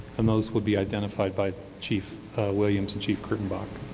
and those would be identified by chief williams and chief kurtenbach.